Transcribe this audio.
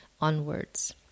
onwards